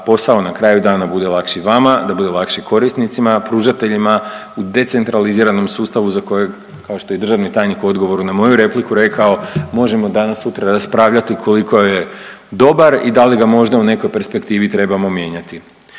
posao na kraju dana bude lakši vama, da bude lakši korisnicima, pružateljima u decentraliziranom sustavu za kojeg kao što je i državni tajnik u odgovoru na moju repliku rekao možemo danas sutra raspravljati ukoliko je dobar i da li ga možda u nekoj perspektivi trebamo mijenjati.